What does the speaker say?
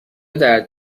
درد